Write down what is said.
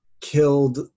killed